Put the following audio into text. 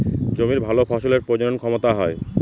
জমির ভালো ফসলের প্রজনন ক্ষমতা হয়